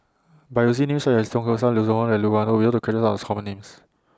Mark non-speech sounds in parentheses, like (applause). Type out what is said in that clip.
By using Names such as Tan Keong Saik (unintelligible) Hong and Loke Wan Tho We Hope to (unintelligible) Common Names